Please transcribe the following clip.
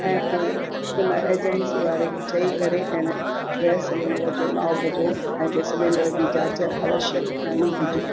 ऐं पोइ हुन एजंसीअ वारे खे चई करे ऐं इन गैस सिलेंडर जो नॉब जो ऐं जे सिलेंडर जी जांच अवश्य कराइणी घुरिजे